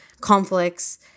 conflicts